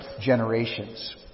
Generations